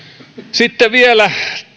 sitten vielä